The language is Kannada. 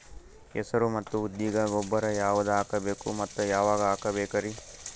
ಹೆಸರು ಮತ್ತು ಉದ್ದಿಗ ಗೊಬ್ಬರ ಯಾವದ ಹಾಕಬೇಕ ಮತ್ತ ಯಾವಾಗ ಹಾಕಬೇಕರಿ?